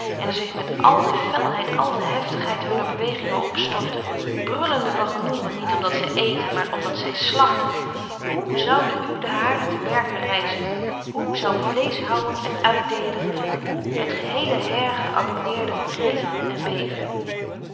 en er zich met al de felheid al de heftigheid hunner bewegingen opstorten brullende van genoegen niet omdat zij eten maar omdat zij slachten hoe zouden u de haren te berge rijzen hoe zou vleeschhouwer en uitdeeler hoe het geheele heir geabonneerden rillen en beven